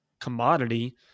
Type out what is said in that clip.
commodity